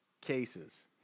cases